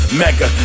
mega